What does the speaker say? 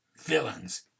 villains